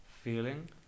feeling